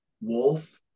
wolf